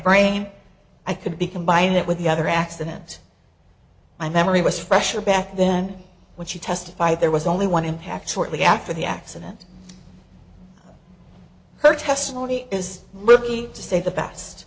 brain i could be combine it with the other accident my memory was fresher back then when she testified there was only one impact shortly after the accident her testimony is really to say the best